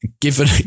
Given